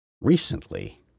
recently